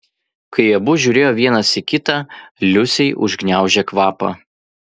kai abu žiūrėjo vienas į kitą liusei užgniaužė kvapą